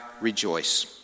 rejoice